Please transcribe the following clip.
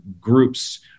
groups